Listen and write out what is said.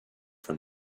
from